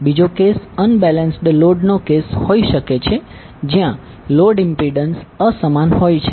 બીજો case unbalanced load નો case હોઈ શકે છે જ્યાં લોડ ઈમ્પીડંસ અસમાન હોય છે